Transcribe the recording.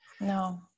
no